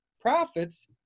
profits